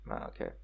Okay